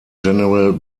general